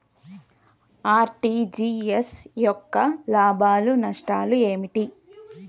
RTGS యొక్క లాభాలు నష్టాలు ఏమిటి?